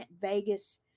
Vegas